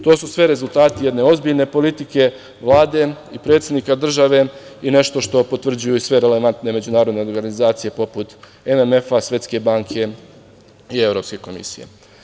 To su sve rezultati jedne ozbiljne politike Vlade i predsednika države i nešto što potvrđuju sve relevantne međunarodne organizacije poput MMF, Svetske banke i Evropske komisije.